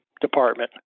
department